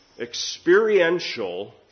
experiential